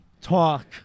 talk